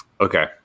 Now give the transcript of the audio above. Okay